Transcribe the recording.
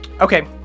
Okay